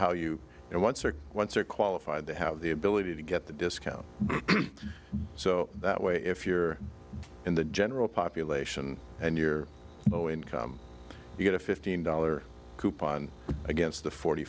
how you know once or once or qualified to have the ability to get the discount so that way if you're in the general population and you're zero income you get a fifteen dollar coupon against the forty